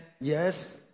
Yes